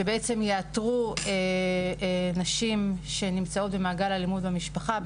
שבעצם יאתרו נשים שנמצאות במעגל אלימות במשפחה.